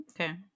Okay